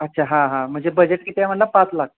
अच्छा हां हां म्हणजे बजेट किती आहे म्हणाला पाच लाख